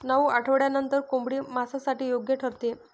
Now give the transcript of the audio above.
नऊ आठवड्यांनंतर कोंबडी मांसासाठी योग्य ठरते